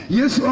Yes